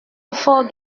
effort